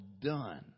done